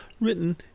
written